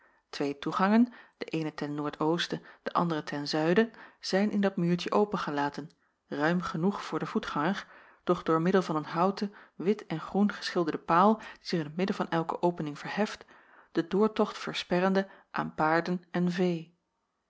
twee toegangen de eene ten noordoosten de andere ten zuiden zijn in dat muurtje opengelaten ruim genoeg voor den voetganger doch door middel van een houten wit en groen geschilderde paal die zich in t midden van elke opening verheft den doortocht versperrende aan paarden en vee